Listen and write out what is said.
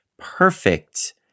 perfect